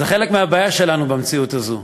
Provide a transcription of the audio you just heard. זה חלק מהבעיה שלנו במציאות הזאת,